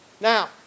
Now